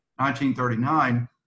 1939